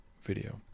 video